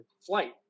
flight